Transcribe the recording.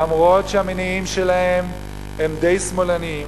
שלמרות שהמניעים שלהם הם די שמאלניים,